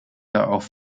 auf